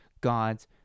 God's